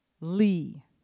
Lee